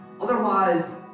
Otherwise